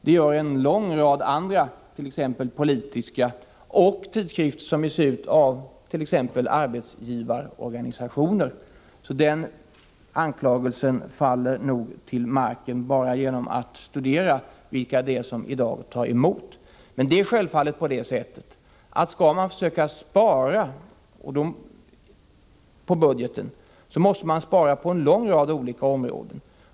Det gör en lång rad andra tidskrifter, t.ex. politiska tidskrifter och tidskrifter som ges ut av t.ex. arbetsgivarorganisationer. Så den anklagelsen faller nog till marken bara genom att man studerar vilka tidskrifter det är som i dag tar emot presstöd. Men om man skall försöka göra besparingar i budgeten måste man självfallet spara på en lång rad olika områden.